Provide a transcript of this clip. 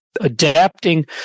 adapting